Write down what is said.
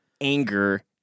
anger